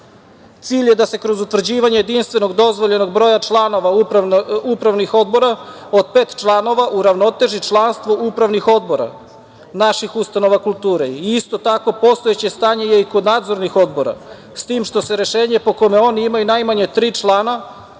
Cilj je da se kroz utvrđivanje jedinstvenog dozvoljenog broja članova upravnih odbora od pet članova uravnoteži članstvo upravnih odbora naših ustanova kulture. Isto tako, postojeće stanje je i kod nadzornih odbora, s tim što se rešenje po kojem oni imaju najmanje tri člana